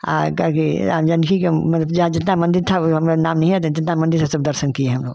आ क्या है कि रामजानकी के मतलब जा जितना मंदिर था वो हम नाम नहीं याद है जितना मंदिर था सब दर्शन किए हम लोग